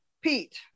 Pete